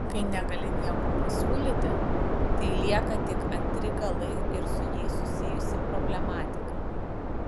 kai negali nieko pasiūlyti tai lieka tik antri galai ir su jais susijusi problematika